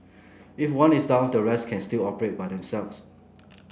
if one is down the rest can still operate by themselves